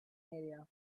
area